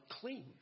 clean